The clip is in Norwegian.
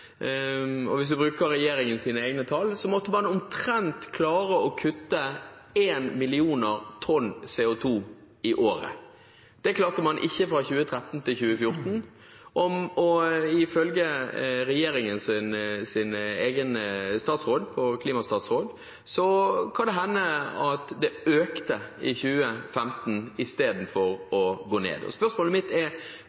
Norge. Hvis vi ser på hva som skulle til for å nå klimaforliket i 2020, og bruker regjeringens egne tall, måtte man omtrent klare å kutte 1 mill. tonn CO2 i året. Det klarte man ikke fra 2013 til 2014, og ifølge regjeringens egen klimastatsråd kan det hende at det økte i 2015